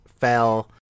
fell